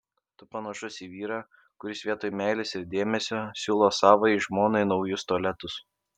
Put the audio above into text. tu panašus į vyrą kuris vietoj meilės ir dėmesio siūlo savajai žmonai naujus tualetus